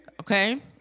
okay